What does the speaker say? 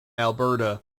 alberta